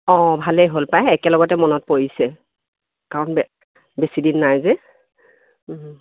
অঁ ভালেই হ'ল পায় একেলগতে মনত পৰিছে কাৰণ বেছি দিন নাই যে